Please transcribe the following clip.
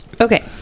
Okay